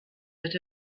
that